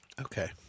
Okay